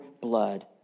blood